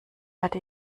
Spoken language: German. hatte